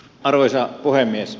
arvoisa puhemies